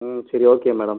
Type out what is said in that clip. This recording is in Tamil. ம் சரி ஓகே மேடம்